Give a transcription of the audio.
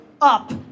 up